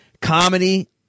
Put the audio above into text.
Comedy